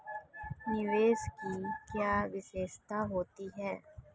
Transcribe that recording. निवेश की क्या विशेषता होती है?